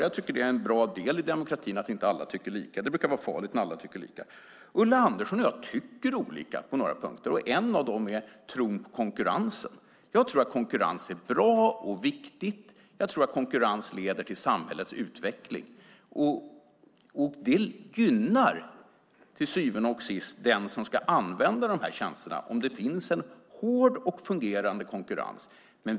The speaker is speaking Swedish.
Jag tycker att det är bra att inte alla tycker lika. Det brukar vara farligt när alla tycker lika. Ulla Andersson och jag tycker olika på några punkter, en av dem är tron på konkurrensen. Jag tror att konkurrens är bra och viktig. Jag tror att konkurrens leder till samhällets utveckling. Till syvende och sist gynnar det dem som ska använda tjänsterna om det finns en hård och fungerande konkurrens.